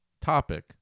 topic